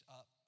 up